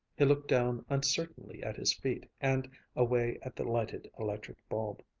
he looked down uncertainly at his feet and away at the lighted electric bulb.